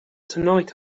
tonight